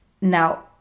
Now